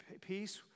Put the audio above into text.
peace